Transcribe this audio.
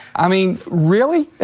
i mean, really?